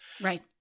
Right